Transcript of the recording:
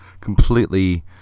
completely